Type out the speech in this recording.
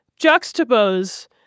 juxtapose